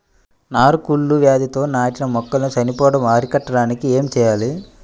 నారు కుళ్ళు వ్యాధితో నాటిన మొక్కలు చనిపోవడం అరికట్టడానికి ఏమి చేయాలి?